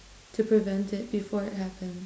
to prevent it before it happens